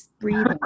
breathe